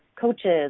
coaches